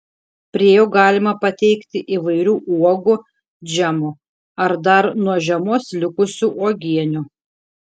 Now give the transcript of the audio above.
prie jo galima pateikti įvairių uogų džemų ar dar nuo žiemos likusių uogienių